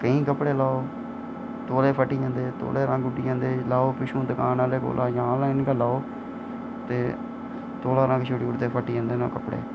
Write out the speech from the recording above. केईं कपड़े लेओ तोले फट्टी जंदे तौले रंग उड्डी जंदे लैओ पिच्छुआं दकान आह्ले कोला जां ऑनलाइन लेओ ते तौला रंग छुड़ी दिंदे ते फट्टी जंदे न कपड़े